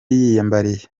yiyambariye